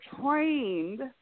trained